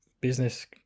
business